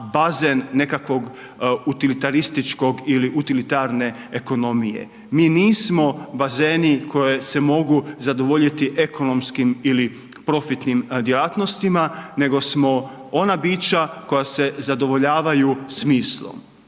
bazen nekakvog utilitarističkog ili utilitarne ekonomije, mi nismo bazeni koji se mogu zadovoljiti ekonomskim ili profitnim djelatnostima, nego smo ona bića koja se zadovoljavaju smislom.